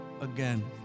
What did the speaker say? again